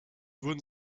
wurden